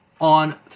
on